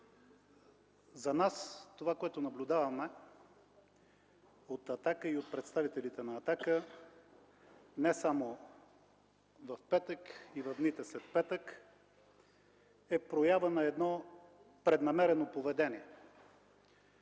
За нас това, което наблюдаваме от „Атака” и от представителите на „Атака” – не само в петък, но и в дните след петък, е проява на едно преднамерено поведение,